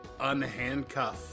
unhandcuff